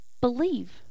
believe